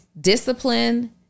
discipline